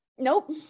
Nope